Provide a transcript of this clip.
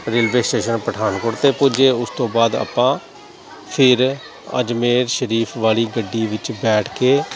railway station Pathankot 'ਤੇ ਪੁਜੇ ਅਤੇ ਉਸ ਤੋਂ ਬਾਅਦ ਆਪਾਂ ਫਿਰ ਅਜਮੇਰ ਸ਼ਰੀਫ ਵਾਲੀ ਗੱਡੀ ਵਿੱਚ ਬੈਠ ਕੇ